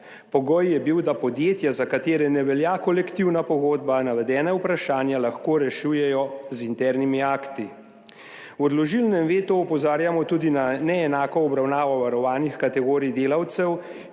Pogoj je bil, da podjetja, za katere ne velja kolektivna pogodba, navedena vprašanja lahko rešujejo z internimi akti. V odložilnem vetu opozarjamo tudi na neenako obravnavo varovanih kategorij delavcev,